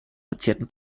verzierten